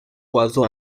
oiseau